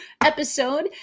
episode